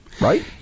Right